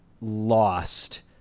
lost